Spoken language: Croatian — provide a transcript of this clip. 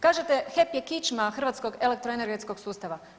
Kažete, HEP je kičma hrvatskog elektroenergetskog sustava.